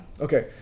Okay